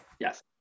Yes